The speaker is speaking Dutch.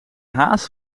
haas